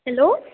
hello